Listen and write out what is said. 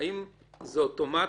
אם זה אוטומטית,